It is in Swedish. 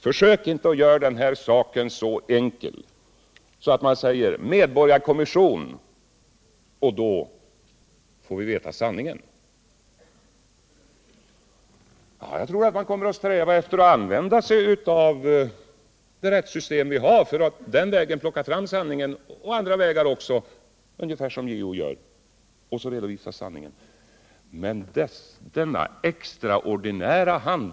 Försök inte göra den här saken så enkel att man bara säger: Tillsätt en medborgarkommission, så får vi veta sanningen! Jag tror att man kommer att sträva efter att använda det rättssystem vi har för att på den vägen — och även på andra vägar, ungefär som JO gjort — plocka fram sanningen och sedan redovisa den.